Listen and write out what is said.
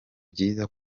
byiza